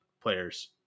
players